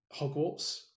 Hogwarts